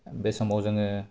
बे समाव जोङो